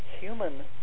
human